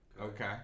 Okay